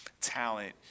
talent